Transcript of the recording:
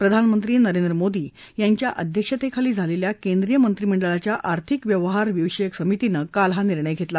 प्रधानमंत्री नरेंद्र मोदी यांच्या अध्यक्षतेखाली झालेल्या केंद्रीय मंत्रिमंडळाच्या आर्थिक व्यवहार विषयक समितीनं काल हा निर्णय घेतला